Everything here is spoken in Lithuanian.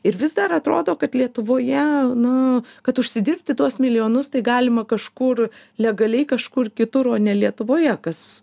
ir vis dar atrodo kad lietuvoje na kad užsidirbti tuos milijonus tai galima kažkur legaliai kažkur kitur o ne lietuvoje kas